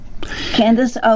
Candace